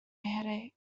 headache